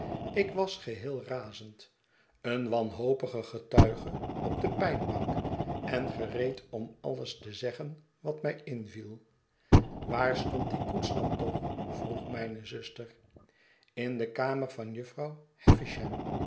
ik was geheel razend een wanhopige getuige op de pijnbank en gereed om alles te zeggen wat mij inviel waar stond die koets dan toch vroeg mijne zuster in de kamer van jufvrouw